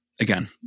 Again